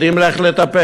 יודעים איך לטפל.